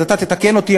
אז אתה תתקן אותי,